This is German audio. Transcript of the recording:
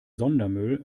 sondermüll